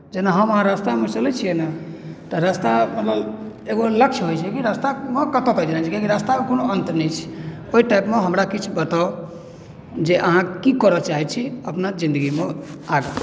जेना हम अहाँ रस्तामे चलैत छियै ने तऽ रास्ता मतलब एगो लक्ष्य होइत छै ने कि रस्तामे कतय तक जेबै कियाकी रास्ताक कोनो अन्त नहि छै ओहि टाइपमे हमरा किछु बताउ जे अहाँ की करय चाहैत छी अपना जिन्दगीमे आगू